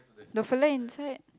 the fellow inside